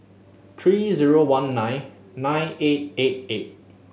three zero one nine nine eight eight eight